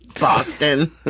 Boston